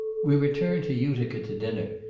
we returned to utica to dinner,